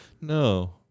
no